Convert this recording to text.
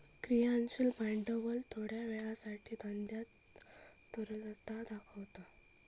क्रियाशील भांडवल थोड्या वेळासाठी धंद्यात तरलता दाखवता